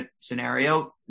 scenario